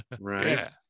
Right